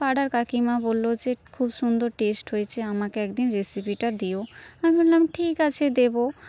পাড়ার কাকিমা বললো যে খুব সুন্দর টেস্ট হয়েছে আমাকে একদিন রেসিপিটা দিও আমি বললাম ঠিক আছে দেবো